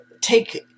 take